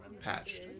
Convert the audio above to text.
patched